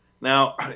Now